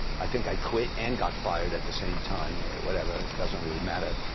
i think i quit and got fired at the same time. whatever, doesn't really matter.